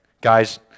Guys